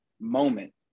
Moment